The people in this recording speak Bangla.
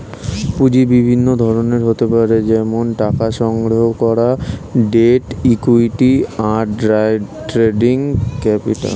পুঁজি বিভিন্ন ধরনের হতে পারে যেমন টাকা সংগ্রহণ করা, ডেট, ইক্যুইটি, আর ট্রেডিং ক্যাপিটাল